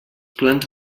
plans